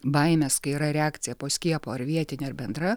baimes kai yra reakcija po skiepo ar vietinė ar bendra